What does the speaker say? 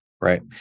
right